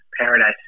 Paradise